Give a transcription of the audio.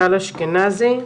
טל אשכנזי,